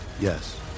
Yes